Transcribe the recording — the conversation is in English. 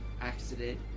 accident